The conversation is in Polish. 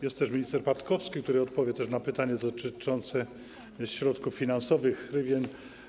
Jest też minister Patkowski, który odpowie na pytanie dotyczące środków finansowych, hrywien.